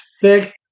thick